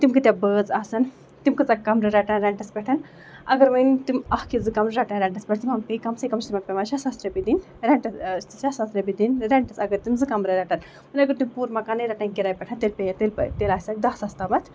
تِم کۭتیہہ بٲژ آسن تِم کۭژاہ کَمرٕ رَٹن رینٹَس پٮ۪ٹھ اَگر وۄنۍ تِم اکھ یا زٕ کَمرٕ رَٹن رینٹَس پٮ۪ٹھ تِمن چھِ کَم سے کَم پیٚوان شیٚے ساس رۄپییہِ دِنۍ رینٹَس شیٚے ساس رۄپییہِ دِنۍ رینٹَس اَگر تِم زٕ کَمرٕ رَٹَن وۄنۍ اَگر تِم پوٗرٕ مَکانٕے رَٹن کِرایہِ پٮ۪ٹھ تیٚلہِ پیٚیَکھ تیلہِ آسیکھ دہ ساس تامَتھ